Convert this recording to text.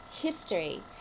history